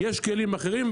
-- יש כלים אחרים,